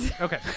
okay